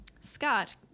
Scott